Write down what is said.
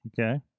okay